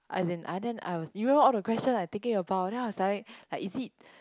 as in uh then I was you remember all the question I thinking about then I was like is it